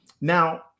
Now